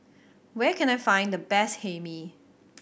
where can I find the best Hae Mee